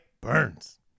Burns